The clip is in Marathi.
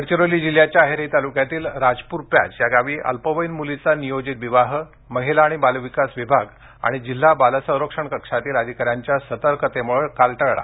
गडचिरोली जिल्ह्याच्या अहेरी तालुक्यातील राजपूर पॅच या गावी अल्पवयीन मुलीचा नियोजित विवाह महिला आणि बालविकास विभाग आणि जिल्हा बाल संरक्षण कक्षातील अधिकाऱ्यांच्या सतर्कतेमुळे काल टळला